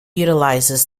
utilizes